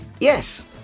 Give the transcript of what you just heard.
yes